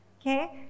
okay